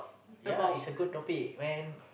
yeah it's a good topic man